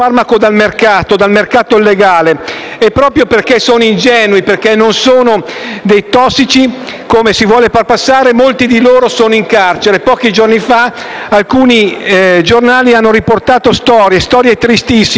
e, proprio perché sono ingenui e non dei tossici, come si vuole far passare, molto di loro sono in carcere. Pochi giorni fa alcuni giornali hanno riportato storie tristissime, cui va la mia solidarietà.